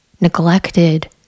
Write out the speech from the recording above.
neglected